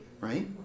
Right